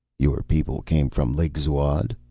your people came from lake zuad?